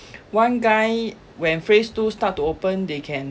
one guy when phase two start to open they can